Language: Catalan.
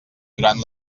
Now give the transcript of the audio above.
durant